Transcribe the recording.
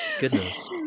Goodness